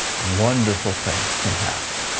wonderful things can happen.